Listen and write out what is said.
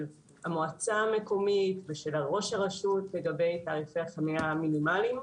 המועצה המקומית ושל הראש הרשות לגבי תעריפי החניה המינימאליים.